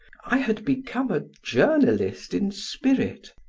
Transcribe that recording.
i had become a journalist in spirit.